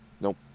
Nope